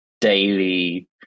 daily